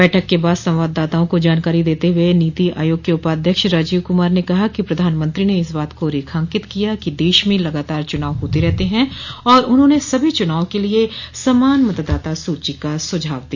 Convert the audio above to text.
बैठक के बाद संवाददाताओं को जानकारी देते हुए नीति आयोग के उपाध्यक्ष राजीव कुमार ने कहा कि प्रधानमंत्री ने इस बात को रेखांकित किया कि देश में लगातार चुनाव होते रहते हैं और उन्होंने सभी चूनावों के लिए समान मतदाता सूची का सुझाव दिया